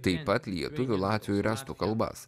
taip pat lietuvių latvių ir estų kalbas